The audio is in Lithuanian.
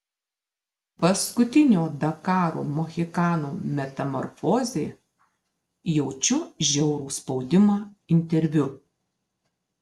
paskutinio dakaro mohikano metamorfozė jaučiu žiaurų spaudimą interviu